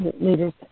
leaders